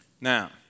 Now